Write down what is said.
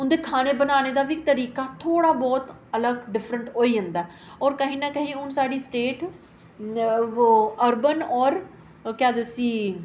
उं'दे खाने बनाने दा बी तरीका थोह्ड़ा बहुत अलग डिफरेंट होई जंदा होर कहीं ना कहीं हून साढ़ी स्टेट ओह् अर्बन होर केह् आखदे उसी